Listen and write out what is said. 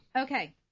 Okay